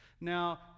Now